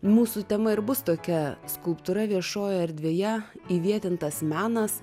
mūsų tema ir bus tokia skulptūra viešojo erdvėje įvietintas menas